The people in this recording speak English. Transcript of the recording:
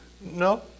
No